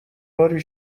باری